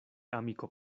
amiko